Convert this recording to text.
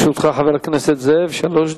חבר הכנסת זאב, לרשותך שלוש דקות.